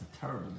terrible